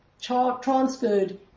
transferred